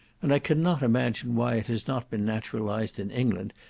and i cannot imagine why it has not been naturalized in england,